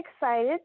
excited